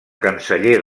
canceller